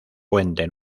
puente